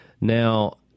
Now